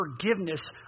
forgiveness